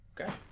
Okay